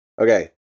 Okay